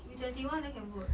we twenty one then can vote